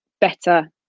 better